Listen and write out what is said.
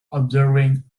observing